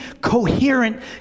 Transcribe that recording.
coherent